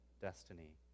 destiny